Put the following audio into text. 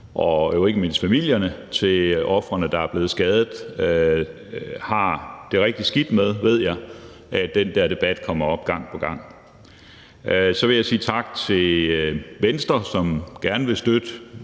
og ikke mindst familierne til ofrene, der er blevet skadet, har det rigtig skidt med, ved jeg, at den debat kommer op gang på gang. Så vil jeg sige tak til Venstre, som gerne vil støtte